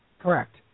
Correct